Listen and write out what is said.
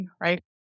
right